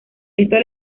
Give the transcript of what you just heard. esto